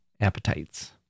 appetites